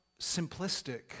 simplistic